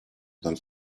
dal